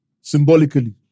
symbolically